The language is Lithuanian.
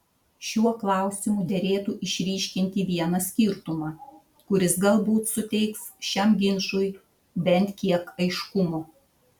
šiuo klausimu derėtų išryškinti vieną skirtumą kuris galbūt suteiks šiam ginčui bent kiek aiškumo